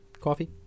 Coffee